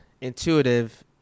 intuitive